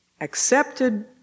accepted